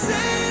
Say